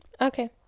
okay